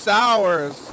hours